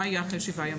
מה יהיה אחרי שבעה ימים?